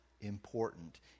important